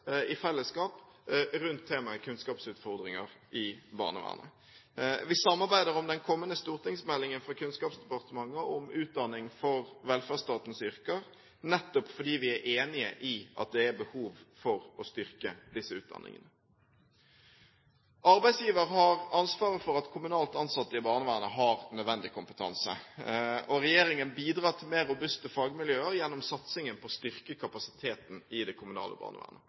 i fellesskap rundt temaet kunnskapsutfordringer i barnevernet. Vi samarbeider om den kommende stortingsmeldingen fra Kunnskapsdepartementet om utdanning for velferdsstatens yrker, nettopp fordi vi er enige i at det er behov for å styrke disse utdanningene. Arbeidsgiver har ansvaret for at kommunalt ansatte i barnevernet har nødvendig kompetanse. Regjeringen bidrar til mer robuste fagmiljøer gjennom satsingen på å styrke kapasiteten i det kommunale barnevernet.